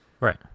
Right